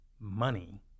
Money